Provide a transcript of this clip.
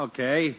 Okay